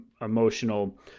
emotional